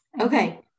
Okay